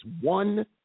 one